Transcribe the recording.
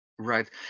Right